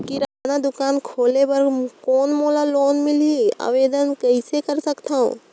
किराना दुकान खोले बर कौन मोला लोन मिलही? आवेदन कइसे कर सकथव?